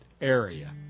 area